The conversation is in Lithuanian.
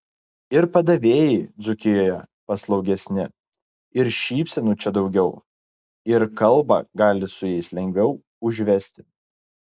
ir padavėjai dzūkijoje paslaugesni ir šypsenų čia daugiau ir kalbą gali su jais lengviau užvesti